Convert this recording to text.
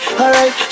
alright